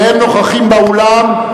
והם נוכחים באולם?